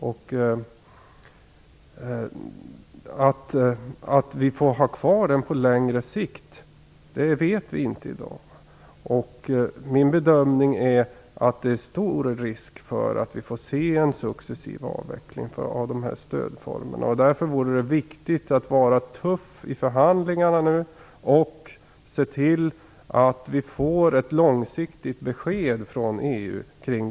Vi vet inte i dag om vi får ha kvar den på längre sikt. Min bedömning är att det är stor risk för att vi får se en successiv avveckling av dessa stödformer. Därför är det viktigt att vara tuff i förhandlingarna och se till att vi får ett långsiktigt besked från EU i dessa frågor.